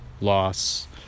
loss